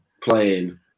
playing